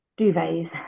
duvets